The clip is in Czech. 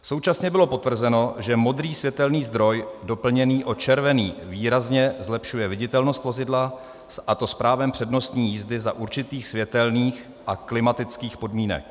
Současně bylo potvrzeno, že modrý světelný zdroj doplněný o červený výrazně zlepšuje viditelnost vozidla s právem přednostní jízdy za určitých světelných a klimatických podmínek.